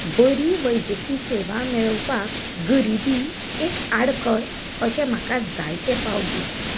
बरी वैजकी सेवा मेळोवपाक गरीबी एक आडखळ अशें म्हाका जायतें फावट दिसता